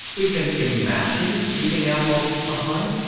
we can imagine leaving our bodies behind.